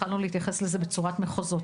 התחלנו להתייחס לזה בצורת מחוזות,